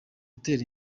utera